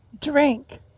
drink